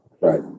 Right